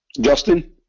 Justin